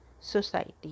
society